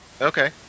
Okay